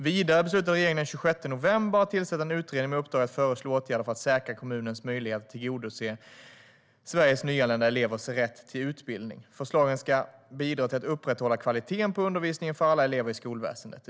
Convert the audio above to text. Vidare beslutade regeringen den 26 november att tillsätta en utredning med uppdrag att föreslå åtgärder för att säkra kommuners möjlighet att tillgodose Sveriges nyanlända elevers rätt till utbildning. Förslagen ska bidra till att upprätthålla kvaliteten på undervisningen för alla elever i skolväsendet.